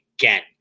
again